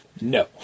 No